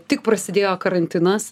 tik prasidėjo karantinas